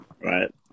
right